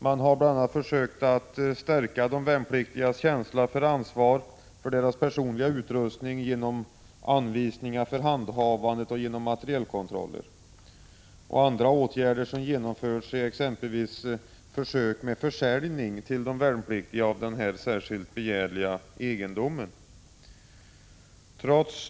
Man har bl.a. försökt att stärka de värnpliktigas känsla för ansvar för deras personliga utrustning genom anvisningar för handhavandet och genom materielkontroller. Andra åtgärder som genomförts är exempelvis försök med försäljning till de värnpliktiga av denna särskilt begärliga egendom.